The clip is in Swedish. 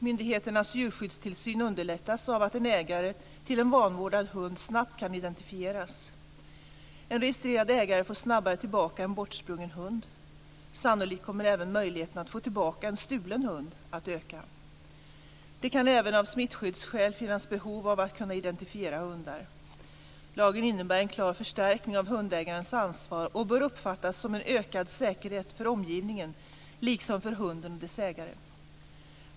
Myndigheternas djurskyddstillsyn underlättas av att en ägare till en vanvårdad hund snabbt kan identifieras. En registrerad ägare får snabbare tillbaka en bortsprungen hund. Sannolikt kommer även möjligheten att få tillbaka en stulen hund att öka. Det kan även av smittskyddsskäl finnas behov av att kunna identifiera hundar. Lagen innebär en klar förstärkning av hundägarens ansvar och bör uppfattas som en ökad säkerhet för omgivningen liksom för hunden och dess ägare.